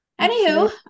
anywho